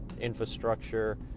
infrastructure